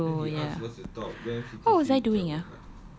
a photo oh ya what was I doing ah